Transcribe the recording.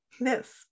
yes